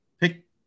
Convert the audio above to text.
pick